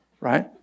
Right